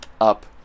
up